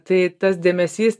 tai tas dėmesys